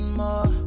more